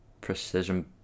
precision